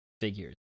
figures